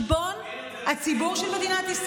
קומבינות זה ראש ממשלה עם שישה מנדטים שלא קיבל מנדט מהציבור,